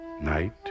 Night